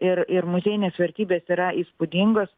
ir ir muziejinės vertybės yra įspūdingos